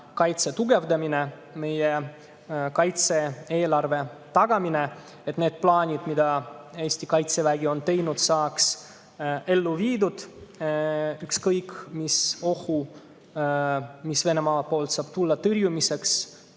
kaitse tugevdamine, meie kaitse-eelarve tagamine, et need plaanid, mida Eesti Kaitsevägi on teinud, saaks ellu viidud, ükskõik missuguste Venemaa poolt tulevate ohtude tõrjumiseks